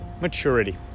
maturity